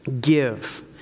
give